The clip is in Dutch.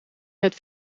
het